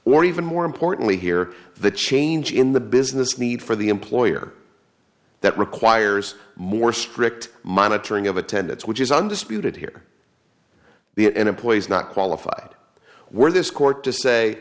or even more importantly here the change in the business need for the employer that requires more strict monitoring of attendance which is undisputed here the employees not qualified were this court to say